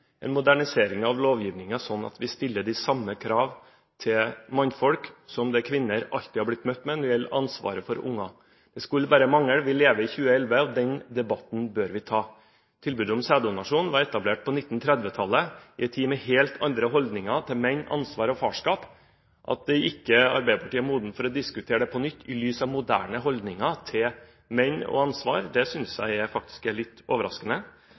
modernisering av lovgivningen, slik at vi stiller de samme krav til mannfolk som til det kvinner alltid har blitt møtt med når det gjelder ansvaret for barna. Det skulle bare mangle – vi lever i 2011 – og den debatten bør vi ta. Tilbudet om sæddonasjon ble etablert på 1930-tallet, i en tid med helt andre holdninger til menn, ansvar og farskap. At ikke Arbeiderpartiet er moden for å diskutere det på nytt i lys av moderne holdninger til menn og ansvar, synes jeg faktisk er litt overraskende.